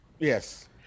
yes